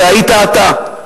זה היית אתה,